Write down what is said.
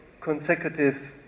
consecutive